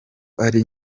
ari